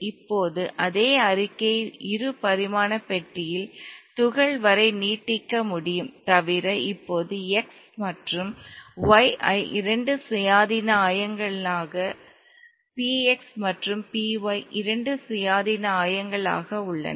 இப்போது அதே அறிக்கையை இரு பரிமாண பெட்டியில் துகள் வரை நீட்டிக்க முடியும் தவிர இப்போது x மற்றும் y ஐ இரண்டு சுயாதீன ஆயங்களாக p x மற்றும் p y இரண்டு சுயாதீன ஆயங்களாக உள்ளன